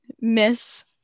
Miss